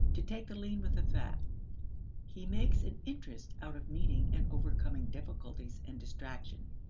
to take the lean with the fat he makes an interest out of meeting and overcoming difficulties and distraction.